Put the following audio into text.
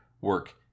work